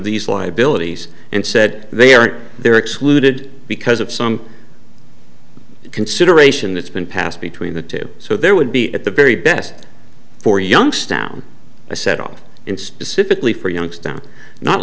these liabilities and said they aren't they're excluded because of some consideration that's been passed between the two so there would be at the very best for young stone i set off in specifically for youngstown not